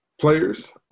players